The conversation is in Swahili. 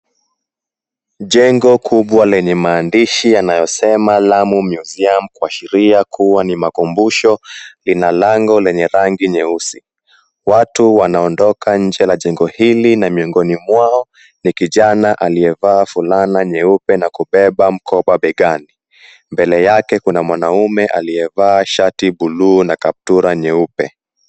Jengo kubwa lenye maandishi yanayosema Lamu Museum kuashiria kua ni makumbusho ina lango lenye rangi nyeusi. Watu wanaondoka nje la jengo hili na miongoni mwao ni kijana aliyevaa fulana nyeupe na kubeba mkoba begani. Mbele yake kuna mwanaume aliyevaa shati buluu na kaptura nyeupe.